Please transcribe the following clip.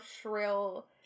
shrill